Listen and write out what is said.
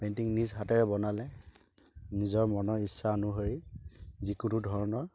painting নিজ হাতেৰে বনালে নিজৰ মনৰ ইচ্ছা অনুসৰি যিকোনো ধৰণৰ